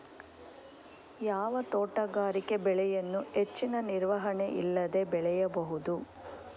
ಯಾವ ತೋಟಗಾರಿಕೆ ಬೆಳೆಯನ್ನು ಹೆಚ್ಚಿನ ನಿರ್ವಹಣೆ ಇಲ್ಲದೆ ಬೆಳೆಯಬಹುದು?